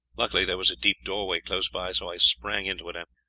luckily there was a deep doorway close by, so i sprang into it, and,